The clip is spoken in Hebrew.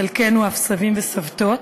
חלקנו אף סבים וסבתות,